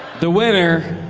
the winner,